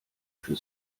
für